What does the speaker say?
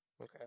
Okay